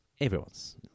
everyone's